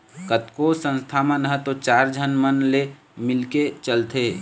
कतको संस्था मन ह तो चार झन मन ले मिलके चलथे